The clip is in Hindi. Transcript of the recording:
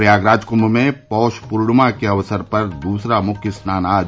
प्रयागराज कुंभ में पौष पूर्णिमा के अवसर पर दूसरा मुख्य स्नान आज